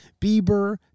Bieber